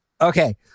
Okay